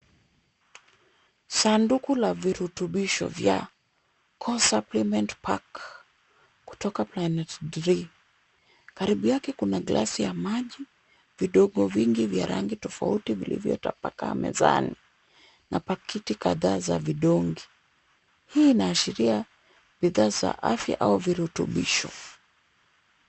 Sanduku la virutubisho vya Core Suppliment Pack kutoka Planet 3. Karibu yake kuna glasi ya maji, vidongo vingi vya rangi tofauti vilivyotapakaa mezani na pakiti kadhaa za vidonge. Hii inaashiria bidhaa za afya ama virutubisho.